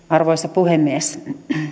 arvoisa puhemies